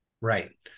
Right